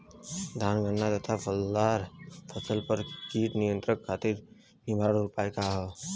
धान गन्ना तथा फलदार फसल पर कीट नियंत्रण खातीर निवारण उपाय का ह?